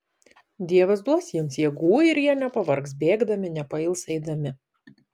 dievas duos jiems jėgų ir jie nepavargs bėgdami nepails eidami